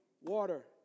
water